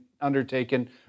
undertaken